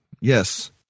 Yes